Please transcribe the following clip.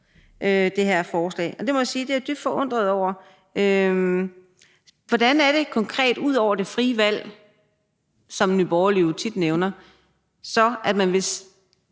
det her forslag. Jeg må sige, at det er jeg dybt forundret over. Hvordan er det konkret – ud over det frie valg, som Nye Borgerlige jo tit nævner – at man så